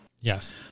yes